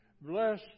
Bless